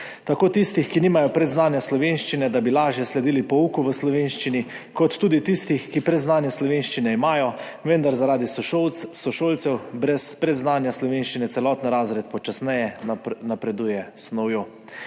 tako tistih, ki nimajo predznanja slovenščine, da bi lažje sledili pouku v slovenščini, kot tudi tistih, ki predznanje slovenščine imajo, vendar zaradi sošolcev brez predznanja slovenščine celoten razred počasneje napreduje s snovjo.